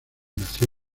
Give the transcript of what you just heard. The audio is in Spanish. nació